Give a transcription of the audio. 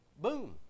Boom